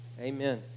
Amen